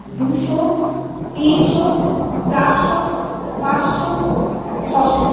দুশো তিনশো চারশো পাঁচশো ছশো